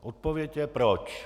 Odpověď je proč.